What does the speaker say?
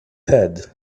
head